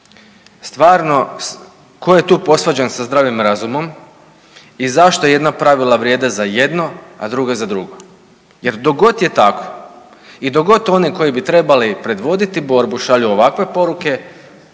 stvarno tko je tu posvađan s zdravim razumom i zašto jedna pravila vrijede za jedno, a druga za drugo? Jer dok god je tako i dok god oni koji bi trebali predvoditi borbu šalju ovakve poruke,